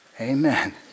Amen